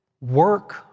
work